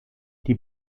die